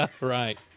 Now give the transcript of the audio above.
Right